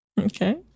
Okay